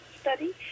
study